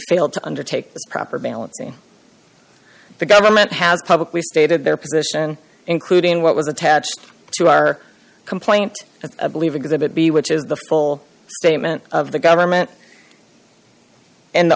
failed to undertake the proper balance the government has publicly stated their position including what was attached to our complaint at a believe exhibit b which is the full statement of the government and the